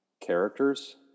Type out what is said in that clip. characters